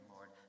Lord